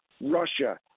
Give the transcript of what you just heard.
Russia